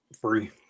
Free